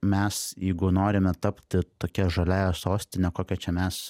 mes jeigu norime tapti tokia žaliąja sostine kokia čia mes